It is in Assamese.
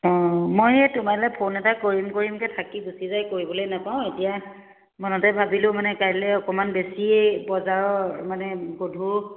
অঁ মই এই তোমালে ফোন এটা কৰিম কৰিমকে থাকি গুচি যায় কৰিবলে নাপাওঁ এতিয়া মনতে ভাবিলোঁ মানে কাইলে অকমান বেছিয়ে বজাৰৰ মানে গধুৰ